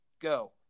go